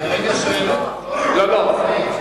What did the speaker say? לא יכול להצמיד, לא, לא.